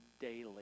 daily